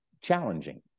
challenging